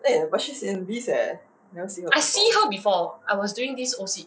eh but she's in bis eh never see her before